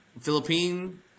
Philippine